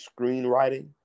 screenwriting